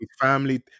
family